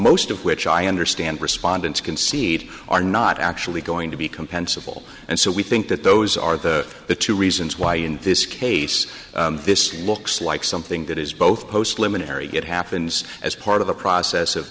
most of which i understand respondents concede are not actually going to be compensable and so we think that those are the the two reasons why in this case this looks like something that is both post luminary good happens as part of the process of